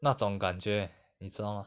那种感觉你知道吗